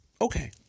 Okay